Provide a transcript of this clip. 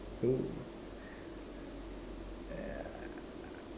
oo